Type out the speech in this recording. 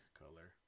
color